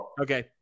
Okay